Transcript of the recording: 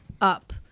up